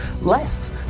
less